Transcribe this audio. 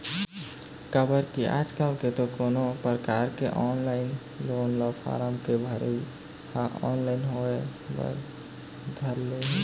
काबर के आजकल तो कोनो भी परकार के लोन के ले म फारम के भरई ह ऑनलाइन होय बर धर ले हे